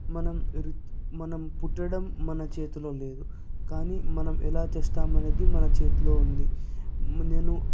మనం వృ మనం పుట్టడం మన చేతిలో లేదు కానీ మనం ఎలా చస్తాం అనేది మన చేతిలో ఉంది నేను